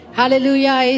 Hallelujah